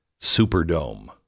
superdome